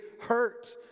hurt